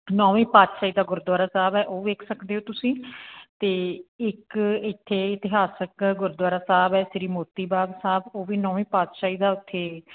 ਨੌਵੀਂ ਪਾਤਸ਼ਾਹੀ ਦਾ ਗੁਰਦੁਆਰਾ ਸਾਹਿਬ ਹੈ ਉਹ ਵੇਖ ਸਕਦੇ ਹੋ ਤੁਸੀਂ ਅਤੇ ਇੱਕ ਇੱਥੇ ਇਤਿਹਾਸਿਕ ਗੁਰਦੁਆਰਾ ਸਾਹਿਬ ਹੈ ਸ਼੍ਰੀ ਮੋਤੀ ਬਾਗ ਸਾਹਿਬ ਉਹ ਵੀ ਨੌਵੇਂ ਪਾਤਸ਼ਾਹੀ ਦਾ ਉੱਥੇ